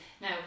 Now